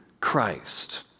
Christ